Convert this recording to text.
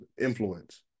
influence